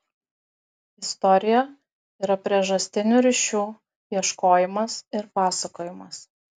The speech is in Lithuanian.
istorija yra priežastinių ryšių ieškojimas ir pasakojimas